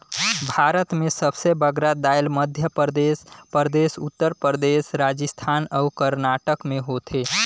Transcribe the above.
भारत में सबले बगरा दाएल मध्यपरदेस परदेस, उत्तर परदेस, राजिस्थान अउ करनाटक में होथे